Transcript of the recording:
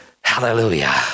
hallelujah